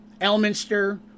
Elminster